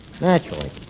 Naturally